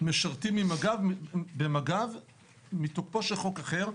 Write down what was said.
משרתים במג"ב מתוקפו של חוק אחר,